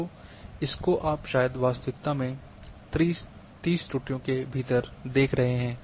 तो इसको आप शायद वास्तविकता में 30 त्रुटियों के भीतर देख रहे हैं